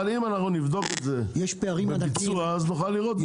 אבל אם אנחנו נבדוק את זה בביצוע אז נוכל לראות את זה.